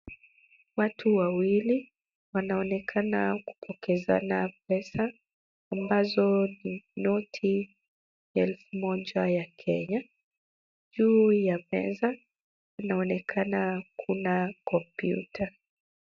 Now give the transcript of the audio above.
Watu wawili wanaonekana kupokezana pesa ambazo ni noti ya elfu moja ya Kenya, juu ya meza kunaonekana kuna kompyuta.